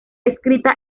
escrita